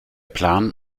plan